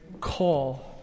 call